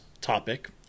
topic